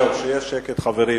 זהו, שיהיה שקט, חברים.